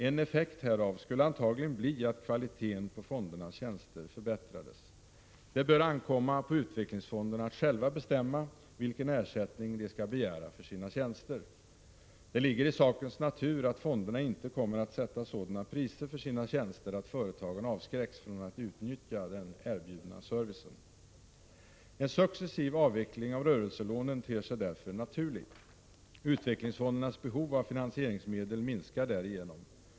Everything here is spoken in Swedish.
En effekt härav skulle antagligen bli att kvaliteten på fondernas tjänster förbättrades. Det bör ankomma på utvecklingsfonderna att själva bestämma vilken ersättning de skall begära för sina tjänster. Det ligger i sakens natur att fonderna inte kommer att sätta sådana priser för sina tjänster att företagen avskräcks från att utnyttja den erbjudna servicen. En successiv avveckling av rörelselånen ter sig därför naturlig. Utvecklingsfondernas behov av finansieringsmedel minskar därigenom.